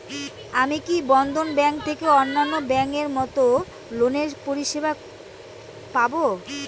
আমি কি বন্ধন ব্যাংক থেকে অন্যান্য ব্যাংক এর মতন লোনের পরিসেবা পাব?